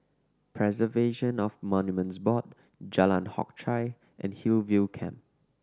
Preservation of Monuments Board Jalan Hock Chye and Hillview Camp